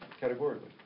categorically